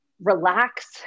relax